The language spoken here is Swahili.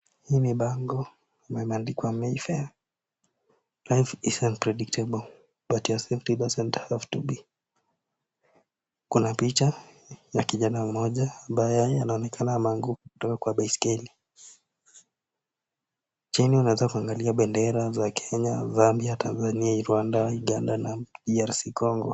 Huu ni bango na ime andikwa Mayfair, Life is unpredictable, but your safety doesn't have to be. . Kuna ya kijana mdogo ambaye anaonekana ame anguka kutoka kwenye baiskeli, chini una weza kuona bendera za Kenya, Zambia, Tanzania, Rwanda, Uganda na DRC Congo.